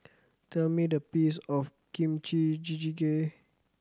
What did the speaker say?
tell me the peace of Kimchi Jjigae